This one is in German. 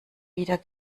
wieder